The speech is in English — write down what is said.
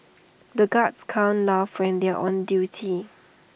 the guards can't laugh when they are on duty